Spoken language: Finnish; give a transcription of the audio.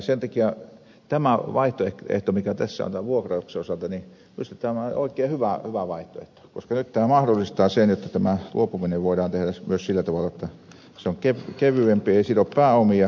sen takia tämä vaihtoehto mikä tässä on vuokrauksen osalta minusta on oikein hyvä vaihtoehto koska nyt tämä mahdollistaa sen jotta luopuminen voidaan tehdä myös sillä tavalla että se on kevyempi ei sido pääomia